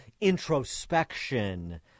introspection